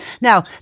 Now